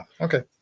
Okay